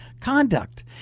conduct